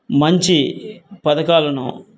మంచి పథకాలను